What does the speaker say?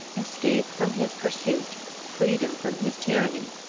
escape from his pursuit, freedom from his tyranny,